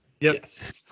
Yes